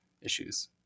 issues